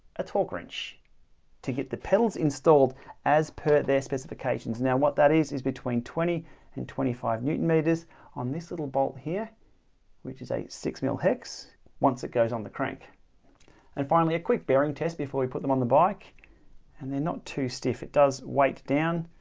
a torque wrench to get the pedals installed as per their specifications. now what that is is between twenty and twenty five newton meters on this little bolt here which is a six mil hex once it goes on the crank and finally a quick bearing test before we put them on the bike and they're not too stiff. it does weight down.